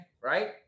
right